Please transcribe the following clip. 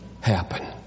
happen